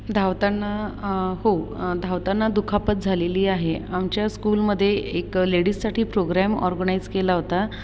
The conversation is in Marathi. धावताना हो धावताना दुखापत झालेली आहे आमच्या स्कूलमध्ये एक लेडीजसाठी प्रोग्राम ऑर्गनाइज्ड केला होता